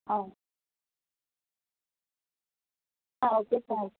അ ആ okay thanks